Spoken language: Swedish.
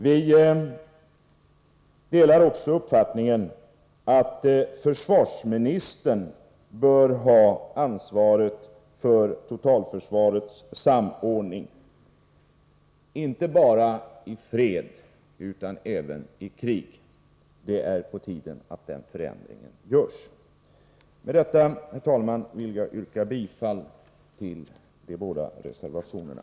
Vi delar också uppfattningen att försvarsministern bör ha ansvaret för totalförsvarets samordning inte bara i fred, utan även i krig. Det är på tiden att den förändringen görs. Med detta, herr talman, vill jag yrka bifall till de båda reservationerna.